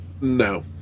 No